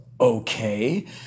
okay